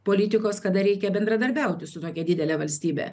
politikos kada reikia bendradarbiauti su tokia didele valstybe